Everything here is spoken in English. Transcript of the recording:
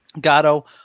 Gatto